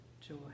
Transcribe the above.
joy